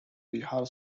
bihar